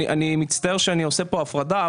אני מצטער שאני עושה פה הפרדה,